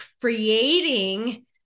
creating